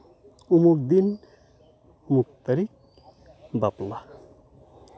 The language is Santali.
ᱩᱢᱩᱠᱷ ᱫᱤᱱ ᱩᱢᱩᱠᱷ ᱛᱟᱹᱨᱤᱠᱷ ᱵᱟᱯᱞᱟ